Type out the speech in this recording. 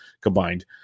combined